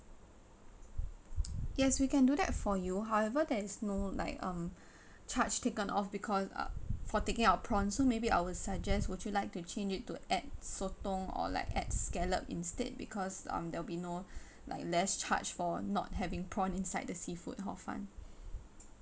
yes we can do that for you however there is no like um charge taken off because uh for taking out prawn so maybe I will suggest would you like to change it to add sotong or like add scallop instead because um there will be no like less charged for not having prawn inside the seafood hor fun